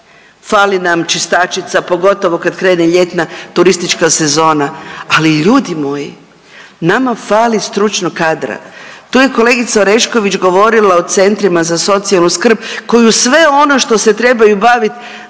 fali nam čistačica pogotovo kad krene ljetna turistička sezona, ali ljudi moji nama fali stručnog kadra. Tu je kolegica Orešković govorila o centrima za socijalnu skrb koji uz sve ono što se trebaju bavit